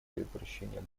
предотвращения